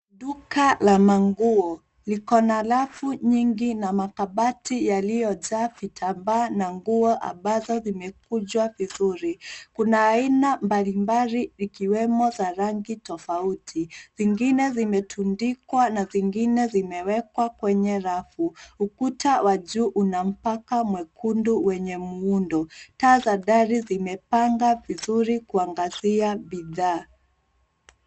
Duka la manguo liko na rafu nyingi na makabati yaliyojaa vitambaa na nguo ambazo zimekunjwa vizuri. Kuna aina mbalimbali likiwemo za rangi tofauti .Zingine zimetundikwa na zingine zimewekwa kwenye rafu. Ukuta wa juu una mapaka mwekundu wenye muundo. Taa za dari zimepanga vizuri kuangazia bidhaa.